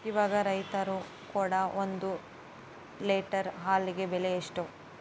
ಇವಾಗ ರೈತರು ಕೊಡೊ ಒಂದು ಲೇಟರ್ ಹಾಲಿಗೆ ಬೆಲೆ ಎಷ್ಟು?